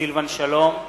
סילבן שלום,